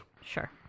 Sure